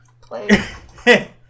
play